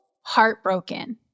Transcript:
heartbroken